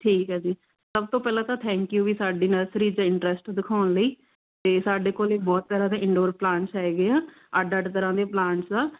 ਠੀਕ ਹੈ ਜੀ ਸਭ ਤੋਂ ਪਹਿਲਾਂ ਤਾਂ ਥੈਂਕ ਯੂ ਵੀ ਸਾਡੇ ਨਰਸਰੀ 'ਚ ਇੰਟਰਸਟ ਦਿਖਾਉਣ ਲਈ ਅਤੇ ਸਾਡੇ ਕੋਲੇ ਬਹੁਤ ਜ਼ਿਆਦਾ ਇਨਡੋਰ ਪਲਾਂਟਸ ਹੈਗੇ ਆ ਅੱਡ ਅੱਡ ਤਰ੍ਹਾਂ ਦੇ ਪਲਾਂਟਸ ਆ